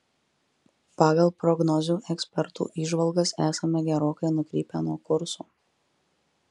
pagal prognozių ekspertų įžvalgas esame gerokai nukrypę nuo kurso